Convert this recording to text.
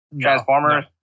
Transformers